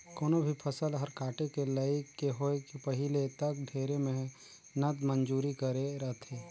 कोनो भी फसल हर काटे के लइक के होए के पहिले तक ढेरे मेहनत मंजूरी करे रथे